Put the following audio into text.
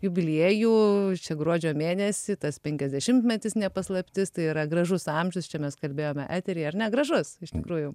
jubiliejų čia gruodžio mėnesį tas penkiasdešimtmetis ne paslaptis tai yra gražus amžius čia mes kalbėjome eteryje ar ne gražus iš tikrųjų